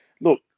Look